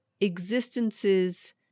existences